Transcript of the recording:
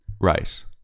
Right